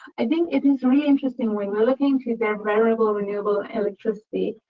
i think it is really interesting when we're looking to the variable renewable electricity,